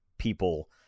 people